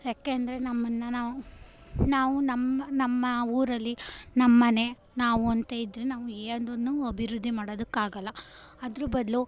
ಯಾಕೆಂದರೆ ನಮ್ಮನ್ನು ನಾವು ನಾವು ನಮ್ಮ ನಮ್ಮ ಊರಲ್ಲಿ ನಮ್ಮನೆ ನಾವು ಅಂತ ಇದ್ದರೆ ನಾವು ಏನನ್ನೂ ಅಭಿವೃದ್ಧಿ ಮಾಡೋದಕ್ಕಾಗೋಲ್ಲ ಅದ್ರ ಬದಲು